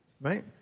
Right